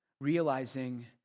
realizing